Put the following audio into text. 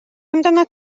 amdanat